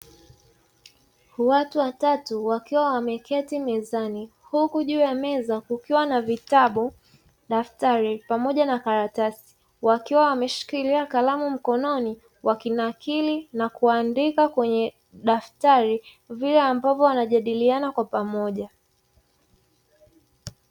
Watu watatu wakiwa wameketi mezani huku juu ya meza kukiwa na vitabu, daftari pamoja na karatasi wakiwa wameshikilia kalamu mkononi, wakinakili na kuandika kwenye daftari vile ambavyo wanajadiliana kwa pamoja.